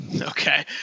Okay